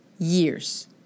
years